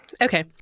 Okay